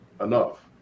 enough